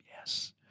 Yes